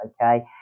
okay